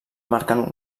marcant